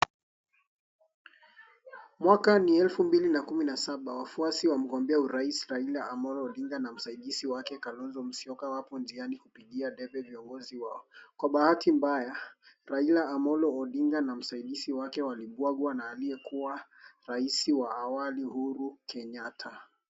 Mwaka ni elfu mbili na kumi na saba wafuasi wa mgombea urais Raila Amolo Odinga na msaidizi wake Kalonzo Musyoka wako njiani kupigia debe viongozi wao kwa bahati mbaya Raila Amolo Odinga na msaidizi wake walibwagwa na aliyekuwa rais wa awali Uhuru Kenyatta